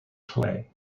clay